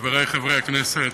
חברי חברי הכנסת,